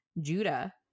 Judah